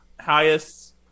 highest